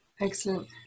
Excellent